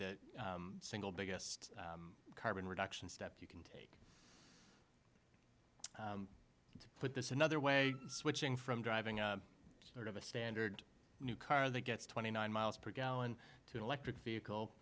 the single biggest carbon reduction steps you can take to put this another way switching from driving a sort of a standard new car that gets twenty nine miles per gallon to an electric vehicle